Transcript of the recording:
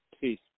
Peace